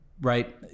Right